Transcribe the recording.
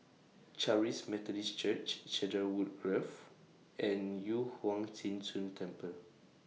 Charis Methodist Church Cedarwood Grove and Yu Huang Zhi Zun Temple